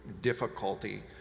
difficulty